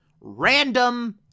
Random